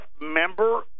member